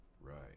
Right